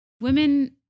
women